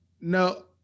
No